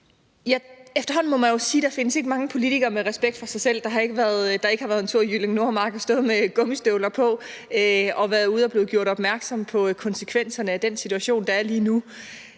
Efterhånden må man sige, at der ikke findes mange politikere med respekt for sig selv, der ikke har været en tur i Jyllinge Nordmark og stået med gummistøvler på – som har været ude at blive gjort opmærksom på konsekvenserne af den situation, der er lige nu.